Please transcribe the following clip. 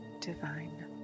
divine